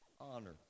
Honor